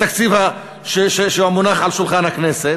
התקציב שמונח על שולחן הכנסת,